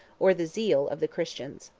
or the zeal, of the christians.